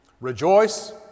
Rejoice